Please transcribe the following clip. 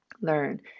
learn